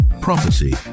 prophecy